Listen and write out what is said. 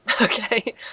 Okay